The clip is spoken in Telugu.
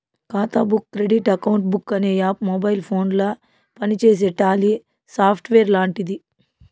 ఖాతా బుక్ క్రెడిట్ అకౌంట్ బుక్ అనే యాప్ మొబైల్ ఫోనుల పనిచేసే టాలీ సాఫ్ట్వేర్ లాంటిది